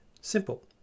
Simple